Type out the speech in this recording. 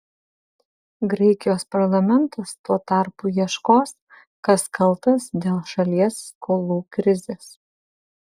graikijos parlamentas tuo tarpu ieškos kas kaltas dėl šalies skolų krizės